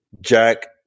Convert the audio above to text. Jack